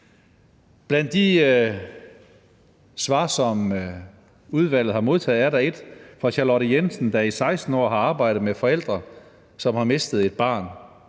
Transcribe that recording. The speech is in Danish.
Blandt de svar, som udvalget har modtaget, er der et fra Charlotte Jensen, der i 16 år har arbejdet med forældre, som har mistet et barn.